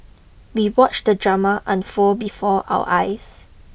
we watched the drama unfold before our eyes